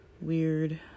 weird